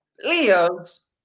Leo's